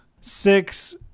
six